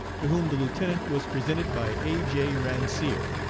to whom the lieutenant was presented by a. j. ransier,